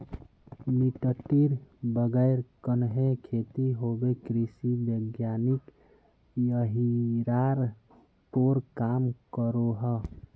मिटटीर बगैर कन्हे खेती होबे कृषि वैज्ञानिक यहिरार पोर काम करोह